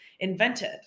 invented